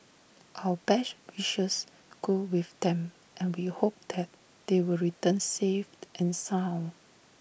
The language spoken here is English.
our best wishes go with them and we hope that they will return safe and sound